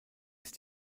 ist